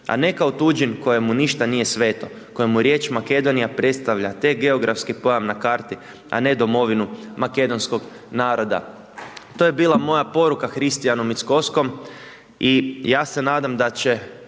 a ne kao tuđin kojemu ništa nije sveta, koja mu riječ Makedonija predstavlja te geografski pojam na karti, a ne domovinu makedonskog naroda. To je bila moja poruka Hristijanu Mickovskom i ja se nadam da će